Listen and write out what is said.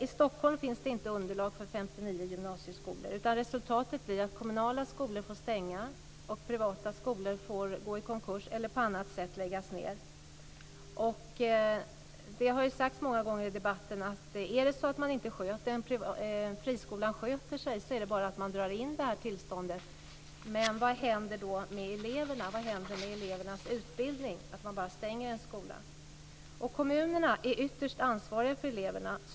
I Stockholm finns det inte underlag för 59 gymnasieskolor. Resultatet blir att kommunala skolor får stänga och att privata skolor får gå i konkurs eller på annat sätt läggas ned. Det har ju sagts många gånger i debatten att är det så att en friskola inte sköter sig är det bara att dra in tillståndet. Men vad händer då med eleverna? Vad händer med elevernas utbildning om man bara stänger en skola? Kommunerna är ytterst ansvariga för eleverna.